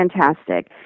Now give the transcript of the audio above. fantastic